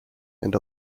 and